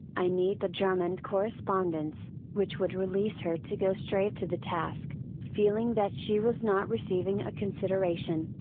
i need the drummond correspondence, which would release her to go straight to the task, feeling that she was not receiving a consideration,